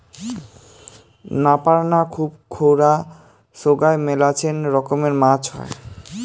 নাপার না, খুর খুরা সোগায় মেলাছেন রকমের মাছ হই